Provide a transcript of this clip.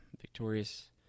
victorious